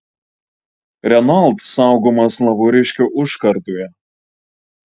renault saugomas lavoriškių užkardoje